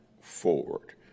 forward